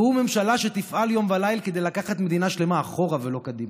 והיא ממשלה שתפעל יום ולילה כדי לקחת מדינה שלמה אחורה ולא קדימה,